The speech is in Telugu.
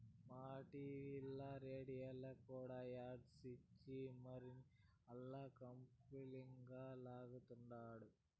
మన టీవీల్ల, రేడియోల్ల కూడా యాడ్స్ ఇచ్చి మరీ ఆల్ల కంపనీలంక లాగతండారు